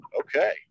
okay